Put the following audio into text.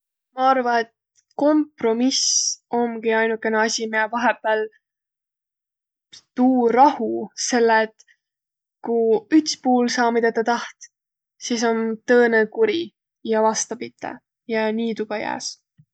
Ma arva, et kompromiss omgi ainugene asi, miä vahepääl tuu rahu. Selle et kuq üts puul saa, midä tä taht, sis om tõõnõ kuri ja vastapite. Ja nii tuu ka jääs.